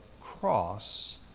cross